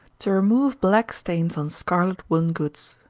to remove black stains on scarlet woollen goods.